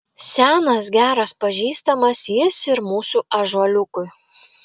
senas geras pažįstamas jis ir mūsų ąžuoliukui